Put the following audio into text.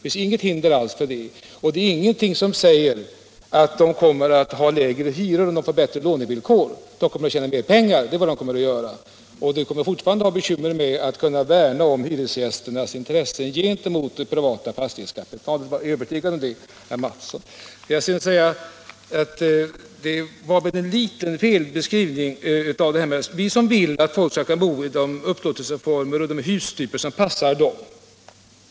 Ingenting säger att de privata företagen tillämpar lägre hyror, om de får bättre lånevillkor. Däremot kommer de att tjäna mer pengar. Vi kommer fortfarande att ha bekymmer med att värna om hyresgästernas intressen gentemot de privata fastighetsägarna. Vi kan vara övertygade om det, herr Mattsson. Vi vill att folk skall kunna bo under de upplåtelseformer och i de hustyper som passar dem.